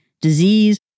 disease